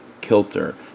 kilter